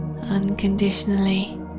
unconditionally